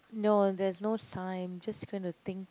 no there's no time just gonna think